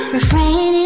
Refrain